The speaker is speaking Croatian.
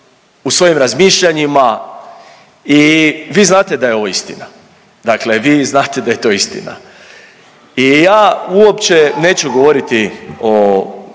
u svojim razmišljanjima. I vi znate da je ovo istina, dakle vi znate da je to istina i ja uopće neću govoriti o